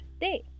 day